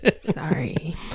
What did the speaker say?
sorry